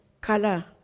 color